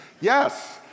Yes